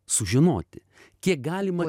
sužinoti kiek galima